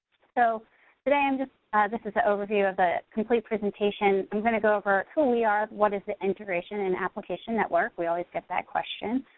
so today, this this is the overview of the complete presentation. i'm gonna go over who we are, what is the integration and application network, we always get that question,